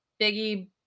biggie